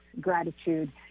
gratitude